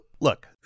look